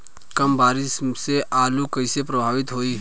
कम बारिस से आलू कइसे प्रभावित होयी?